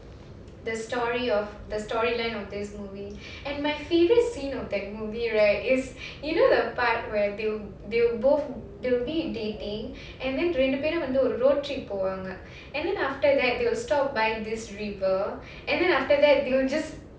the story of the storyline of this movie and my favourite scene of that movie right is you know the part where they'll they'll both they'll be dating and then ரெண்டு பேரும் வந்து ஒரு:rendu perum vandhu oru road trip போவங்க:povaanga and then after that they will stop by this river and then after that they'll just